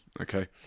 Okay